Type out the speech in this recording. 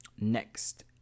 next